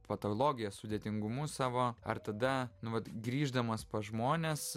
patologiją sudėtingumus savo ar tada nu vat grįždamas pas žmones